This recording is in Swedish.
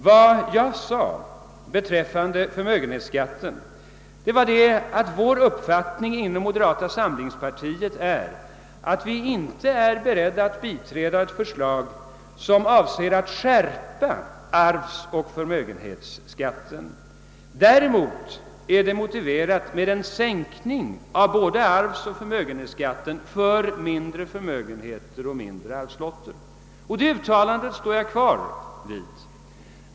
Vad jag sagt beträffande förmögenhetsskatten är att vi inom moderata samlingspartiet inte är beredda att biträda ett förslag som avser att skärpa arvsoch förmögenhetsskatterna; däremot är det motiverat med en sänkning av både arvsoch förmögenhetsskatterna när det gäller mindre förmögenheter och mindre arvslotter. Det uttalandet står jag fast vid.